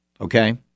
okay